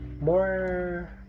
more